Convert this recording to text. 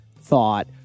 thought